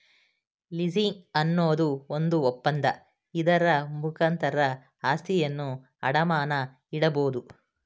leasing ಅನ್ನೋದು ಒಂದು ಒಪ್ಪಂದ, ಇದರ ಮುಖಾಂತರ ಆಸ್ತಿಯನ್ನು ಅಡಮಾನ ಇಡಬೋದು